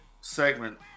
segment